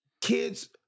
kids